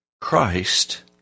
Christ